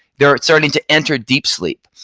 they're starting to enter deep sleep.